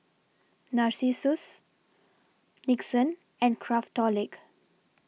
Narcissus Nixon and Craftholic